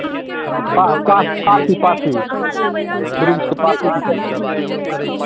पा पा पासि पासि ब्रिंचके पासि टूटल यए